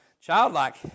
childlike